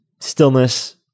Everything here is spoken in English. stillness